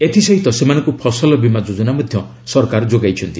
ଏଥିସହିତ ସେମାନଙ୍କୁ ଫସଲବୀମା ଯୋଜନା ମଧ୍ୟ ସରକାର ଯୋଗାଇଛନ୍ତି